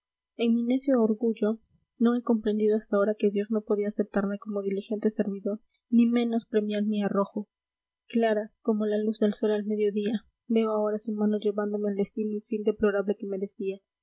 en mi necio orgullo no he comprendido hasta ahora que dios no podía aceptarme como diligente servidor ni menos premiar mi arrojo clara como la luz del sol al medio del día veo ahora su mano llevándome al destino y fin deplorable que merecía